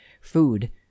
food